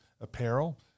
Apparel